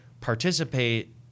participate